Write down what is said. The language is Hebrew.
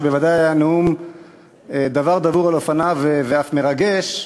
שוודאי היה דבר דבור על אופניו ואף מרגש,